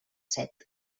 set